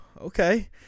okay